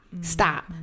stop